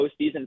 postseason